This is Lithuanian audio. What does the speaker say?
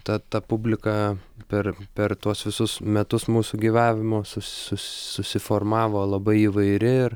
ta ta publika per per tuos visus metus mūsų gyvavimo sus sus susiformavo labai įvairi